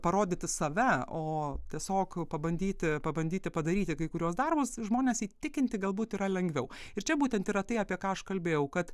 parodyti save o tiesiog pabandyti pabandyti padaryti kai kuriuos darbus žmones įtikinti galbūt yra lengviau ir čia būtent yra tai apie ką aš kalbėjau kad